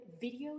video